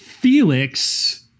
Felix